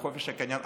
על חופש הקניין,